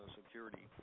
Security